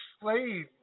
slave